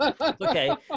Okay